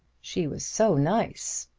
she was so nice,